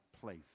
place